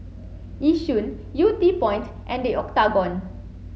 Yishun Yew Tee Point and The Octagon